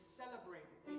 celebrating